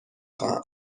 خواهم